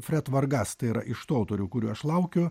fred vargas yra iš tų autorių kurių aš laukiu